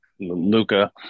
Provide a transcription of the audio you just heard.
Luca